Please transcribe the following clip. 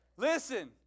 Listen